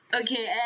Okay